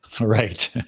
Right